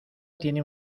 tiene